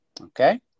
okay